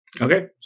Okay